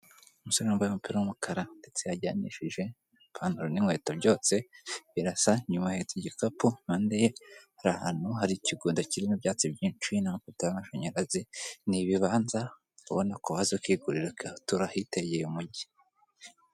Umusore wambaye umupira w'umukara ndetse yajyanishije ipantaro n'inkweto byose birasa, inyuma ahetse igikapu, impande ye hari ahantu hari ikigunda kirimo ibyatsi byinshi n'amapoto y'amashanyarazi ni ibibanza ubona ko waza akigurira ugatura ahitegeye umujyi.